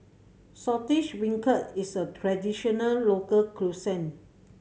Saltish Beancurd is a traditional local cuisine